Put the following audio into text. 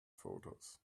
photos